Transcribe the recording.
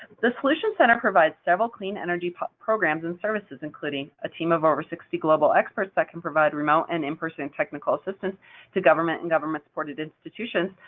the solutions center provides several clean energy programs and services, including a team of over sixty global experts that can provide remote and in-person technical assistance to government and government-supported institutions,